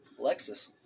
Lexus